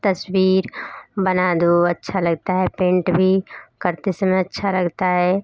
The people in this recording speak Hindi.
तस्वीर बना दो अच्छा लगता है पेंट भी करते समय अच्छा लगता है